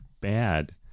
bad